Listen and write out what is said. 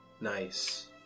Nice